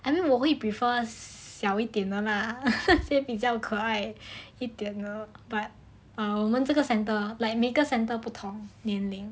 I mean 我会 prefer 小一点的啦那些比较可爱一点啊我们这个 centre 每个 centre 不同年龄